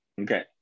Okay